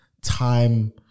time